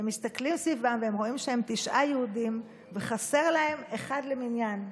והם מסתכלים סביבם ורואים שהם תשעה יהודים וחסר להם אחד למניין,